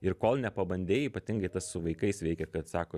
ir kol nepabandei ypatingai tas su vaikais veikia kad sako